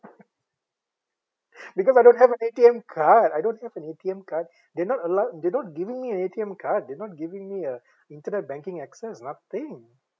because I don't have an A_T_M card I don't have an A_T_M card they not allowed they're not giving me an A_T_M card they're not giving me a internet banking access nothing